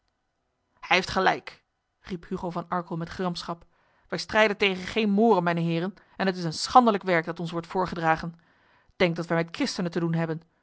hij heeft gelijk riep hugo van arkel met gramschap wij strijden tegen geen moren mijne heren en het is een schandelijk werk dat ons wordt voorgedragen denkt dat wij met christenen te doen hebben